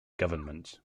government